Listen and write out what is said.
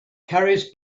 carries